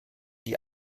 die